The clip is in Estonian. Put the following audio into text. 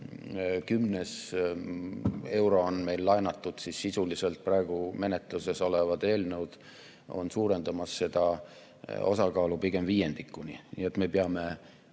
iga kümnes euro on meil laenatud, siis sisuliselt praegu menetluses olevad eelnõud on suurendamas seda osakaalu pigem viiendikuni. Nii et me peame